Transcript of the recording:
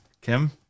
Kim